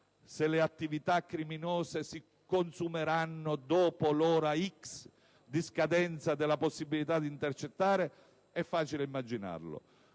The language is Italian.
se le attività criminose si consumeranno dopo l'ora x di scadenza della possibilità di intercettare è facile immaginarlo.